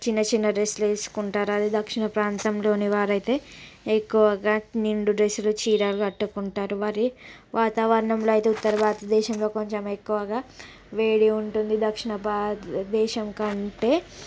చిన్నచిన్న డ్రెస్సులు వేసుకుంటారు అదే దక్షిణ ప్రాంతంలోని వారైతే ఎక్కువగా నిండు డ్రెస్సులు చీర కట్టుకుంటారు వారి వాతావరణంలో అయితే ఉత్తరభారత దేశం లో కొంచెం ఎక్కువగా వేడి ఉంటుంది దక్షిణ భారత దేశం కంటే